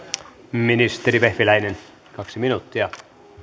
ministeri vehviläinen kaksi minuuttia